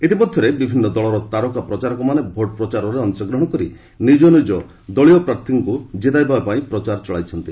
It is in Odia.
ଇତିମଧ୍ୟରେ ବିଭିନ୍ନ ଦଳର ତାରକା ପ୍ରଚାରକମାନେ ଭୋଟ ପ୍ରଚାରରେ ଅଂଶଗ୍ରହଣ କରି ନିଜ ନିଜ ଦଳର ପ୍ରାର୍ଥୀମାନଙ୍କୁ ଜିତାଇବା ପାଇଁ ପ୍ରଚାର ଚଳାଇଛନ୍ତି